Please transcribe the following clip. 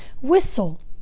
whistle